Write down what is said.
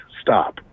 stop